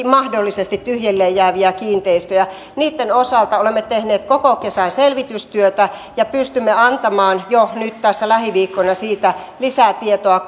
mahdollisesti tyhjilleen jääviä kiinteistöjä niitten osalta olemme tehneet koko kesän selvitystyötä ja pystymme antamaan jo nyt tässä lähiviikkoina siitä lisää tietoa